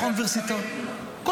האוניברסיטאות --- מי הם המתחרים?